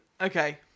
Okay